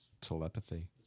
Telepathy